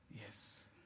yes